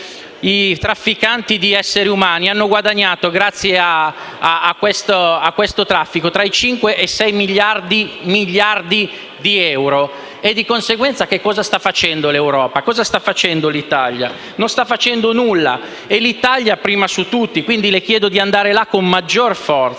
i trafficanti di esseri umani hanno guadagnato, grazie a questo traffico, tra i 5 e i 6 miliardi di euro. Di conseguenza che cosa sta facendo l'Europa e cosa sta facendo l'Italia? Non stanno facendo nulla. E l'Italia prima su tutti. Quindi, le chiedo di partecipare al